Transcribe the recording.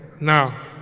Now